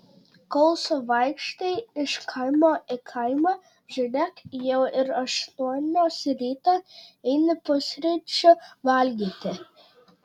kol suvaikštai iš kaimo į kaimą žiūrėk jau ir aštuonios ryto eini pusryčių valgyti